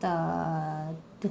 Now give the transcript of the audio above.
err